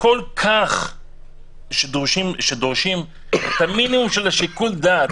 שכל כך דורשים מינימום של שיקול הדעת,